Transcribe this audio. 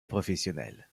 professionnel